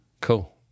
cool